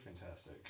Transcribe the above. fantastic